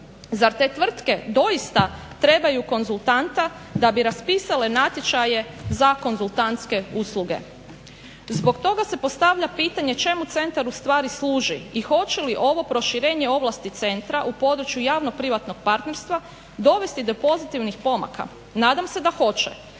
Za te tvrtke doista trebaju konzultanta da bi raspisale natječaje za konzultantske usluge. Zbog toga se postavlja pitanje čemu centar ustvari služi i hoće li ovo proširenje ovlasti centra u području javno-privatnog partnerstva dovesti do pozitivnih pomaka, nadam se da hoće.